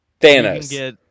thanos